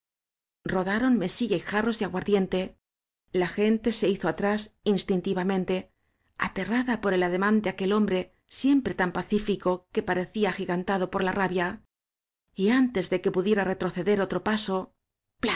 rodaron mesilla y jarros de aguardiente la gente se hizo atrás instintivamente aterrada por el ademán de aquel hombre siempre tan pacificó que parecía agigantado por la rabia y antes ele que pudiera retroceder otro paso